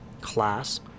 class